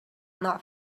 not